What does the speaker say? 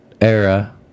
era